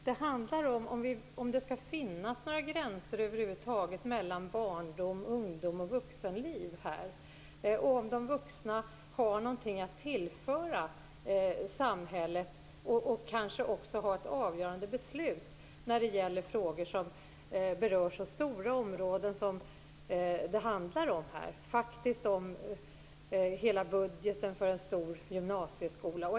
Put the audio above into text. Det handlar om huruvida det skall finnas några gränser över huvud taget mellan barndom, ungdom och vuxenliv och om de vuxna har något att tillföra samhället och att de kanske också skall ha ett avgörande beslut när det gäller frågor som berör så stora områden som det handlar om i detta sammanhang, nämligen hela budgeten för en stor gymnasieskola.